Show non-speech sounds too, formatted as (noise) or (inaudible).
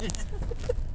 (laughs)